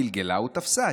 גלגלה ותפסה,